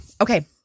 okay